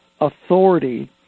authority